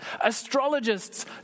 Astrologists